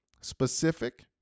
specific